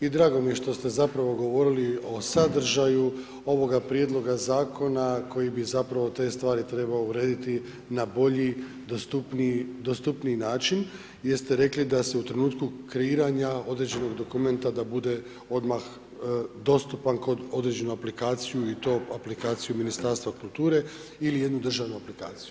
I drago mi je što se zapravo govorili o sadržaju ovoga prijedloga zakona koji bi zapravo te stvari trebao urediti na bolji, dostupniji način jer ste rekli da se u trenutku kreiranja određenog dokumenta da bude odmah dostupan kod određene aplikacije i to aplikacije Ministarstva kulture ili jednu državnu aplikaciju.